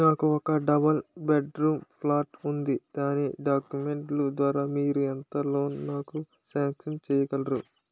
నాకు ఒక double bedroom flat ఉంది దాని డాక్యుమెంట్స్ లు ద్వారా మీరు ఎంత లోన్ నాకు సాంక్షన్ చేయగలరు?